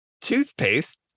toothpaste